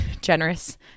generous